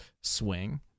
swing